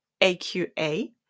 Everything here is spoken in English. AQA